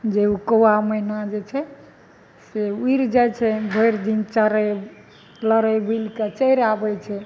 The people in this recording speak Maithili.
जे कौआ मैना जे छै से उड़ि जाइ छै भरि दिन चरय लड़ाय बूलिके चलि आबै छै